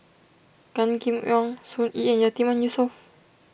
Gan Kim Yong Sun Yee and Yatiman Yusof